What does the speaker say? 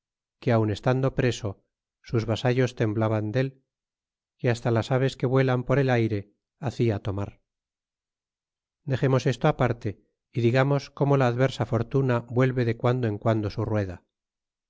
que aun estando preso sus vasallos temblaban dél que hasta las aves que vuelan por el ayre hacia tomar dexemos esto aparte y digamos como la adversa fortuna vuelve de guando en guando su rueda